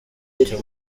cyo